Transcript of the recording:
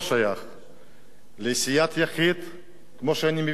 לסיעת יחיד, כמו שאני מבין, הוא גם לא שייך.